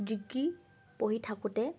degree পঢ়ি থাকোঁতে